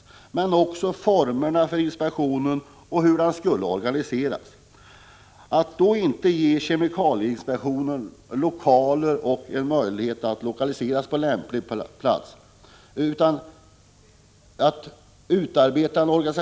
Man beslöt också om formerna för inspektionen och hur den skulle organiseras. Att då inte ge kemikalieinspektionen möjlighet att lokalisera sig på en lämplig plats tycker jag är märkligt.